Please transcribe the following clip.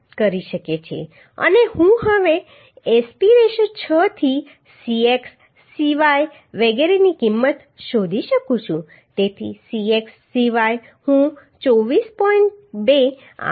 અને હું હવે SP 6 થી Cx Cy વગેરેની કિંમત શોધી શકું છું તેથી Cx Cy હું 24